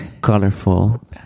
colorful